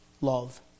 love